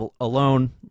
alone